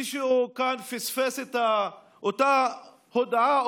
מישהו כאן פספס את אותה הודעה,